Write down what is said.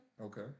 Okay